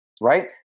right